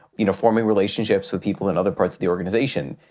you know, forming relationships with people in other parts of the organization,